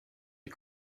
the